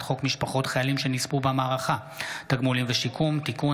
חוק משפחות חיילים שנספו במערכה (תגמולים ושיקום) (תיקון,